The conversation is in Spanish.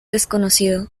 desconocido